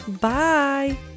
Bye